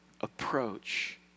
approach